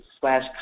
slash